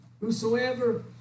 whosoever